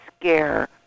scare